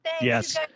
Yes